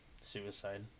suicide